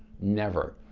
never.